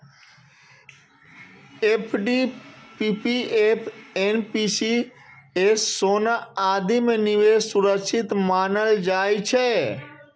FD, PPF, NPS, सोना आदि मे निवेश सुरक्षित मानल जाइ छै